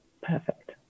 Perfect